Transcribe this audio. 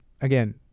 again